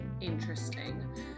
interesting